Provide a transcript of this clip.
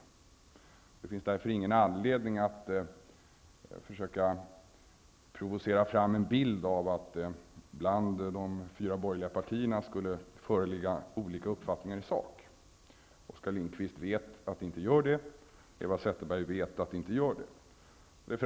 Det finns därför ingen anledning att försöka provocera fram en bild av att det bland de fyra regeringspartierna skulle föreligga olika uppfattningar i sak. Oskar Lindkvist och Eva Zetterberg vet att så inte är fallet.